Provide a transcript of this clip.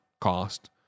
cost